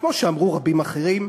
כמו שאמרו רבים אחרים,